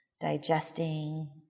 digesting